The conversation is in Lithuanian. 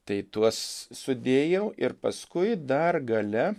tai tuos sudėjau ir paskui dar gale